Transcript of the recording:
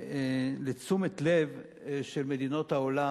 לתשומת לב של מדינות העולם,